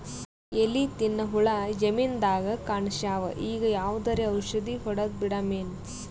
ಎಲಿ ತಿನ್ನ ಹುಳ ಜಮೀನದಾಗ ಕಾಣಸ್ಯಾವ, ಈಗ ಯಾವದರೆ ಔಷಧಿ ಹೋಡದಬಿಡಮೇನ?